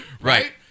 right